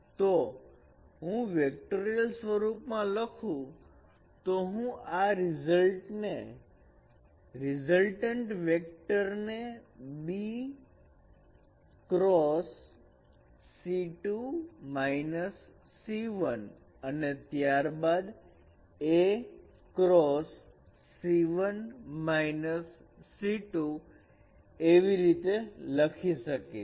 તો હું વેક્ટોરીયલ સ્વરૂપમાં લખું તો હું આ રીઝલ્ટ ને રીઝલ્ટન્ટ વેક્ટર ને b c2 c1 અને ત્યારબાદ a c1 c2 એવી રીતે લખી શકીશ